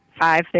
five